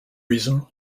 reason